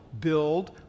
build